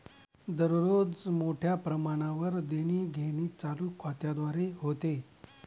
दररोज मोठ्या प्रमाणावर देणीघेणी चालू खात्याद्वारे होते